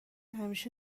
همیشه